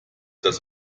das